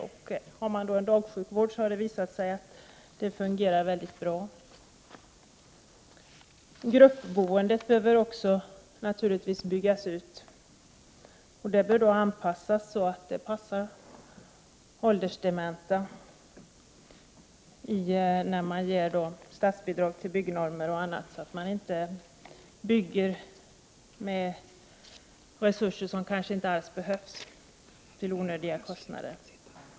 Finns det då dagsjukvård, har det visat sig att det fungerar väldigt bra. Gruppboendet behöver naturligtvis också byggas ut. När man ger statsbidrag bör byggnormer och annat anpassas till åldersdementas behov, så att man inte bygger in resurser som kanske inte alls behövs, till onödiga kostnader.